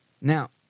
Now